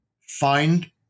find